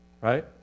right